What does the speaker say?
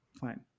fine